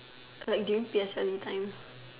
like during P_S_L_E time